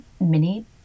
mini